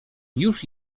już